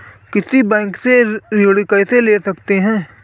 किसी बैंक से ऋण कैसे ले सकते हैं?